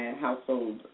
household